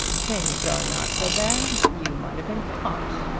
things are not so bad. you might have been caught!